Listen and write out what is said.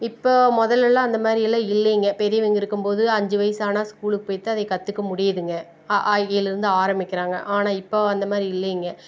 இப்போ முதல்லாம் அந்தமாதிரி எல்லாம் இல்லைங்க பெரியவங்க இருக்கும்போது அஞ்சு வயது ஆனால் ஸ்கூலுக்கு போய்தான் அதை கற்றுக்க முடியுதுங்க அ ஆ இ ஈலருந்து ஆரம்பிக்கிறாங்க ஆனால் இப்போ அந்தமாதிரி இல்லைங்க